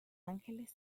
ángeles